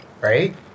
Right